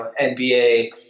NBA